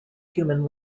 human